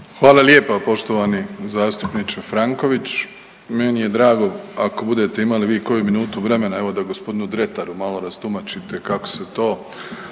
Hvala lijepa poštovani zastupniče Franković. Meni je drago ako budete imali vi koju minutu vremena evo da gospodinu Dretaru malo rastumačite kako se to